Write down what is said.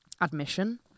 admission